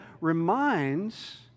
reminds